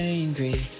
angry